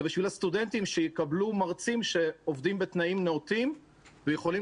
אלא בשביל הסטודנטים שיקבלו מרצים שעובדים בתנאים נאותים ויכולים